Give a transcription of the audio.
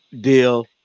deal